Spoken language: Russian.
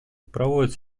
проводят